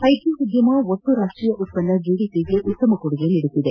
IT ಉದ್ದಮ ಒಟ್ಟು ರಾಷ್ಷೀಯ ಉತ್ಪನ್ನ ಜಿಡಿಪಿಗೆ ಉತ್ತಮ ಕೊಡುಗೆ ನೀಡುತ್ತಿದೆ